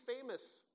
famous